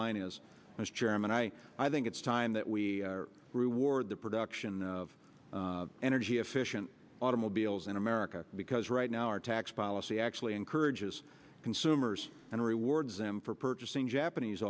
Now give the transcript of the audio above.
chairman i i think it's time that we reward the production of energy efficient automobiles in america because right now our tax policy actually encourages consumers and rewards them for purchasing japanese